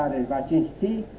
majesty